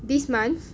this month